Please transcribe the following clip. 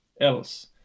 else